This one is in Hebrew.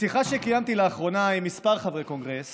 בשיחה שקיימתי לאחרונה עם כמה חברי קונגרס